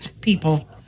people